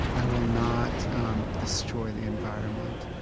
i will not um destroy the environment.